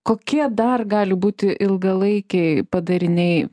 kokie dar gali būti ilgalaikiai padariniai